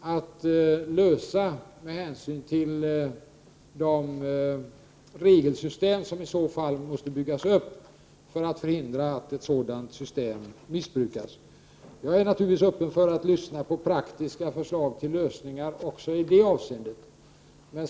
att lösa med hänsyn till det regelsystem som då måste byggas upp för att förhindra att en sådan ordning missbrukas. Jag är naturligtvis öppen för att lyssna på praktiska förslag till lösningar i alla avseenden.